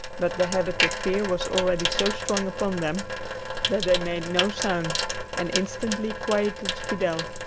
but the habit of fear was already so strong upon them that they made no sound and instantly quieted fidel.